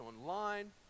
online